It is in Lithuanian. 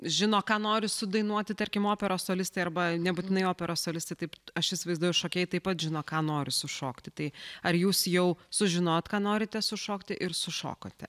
žino ką nori sudainuoti tarkim operos solistai arba nebūtinai operos solistai taip aš įsivaizduoju šokėjai taip pat žino ką nori sušokti tai ar jūs jau sužinojot ką norite sušokti ir sušokote